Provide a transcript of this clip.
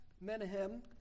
Menahem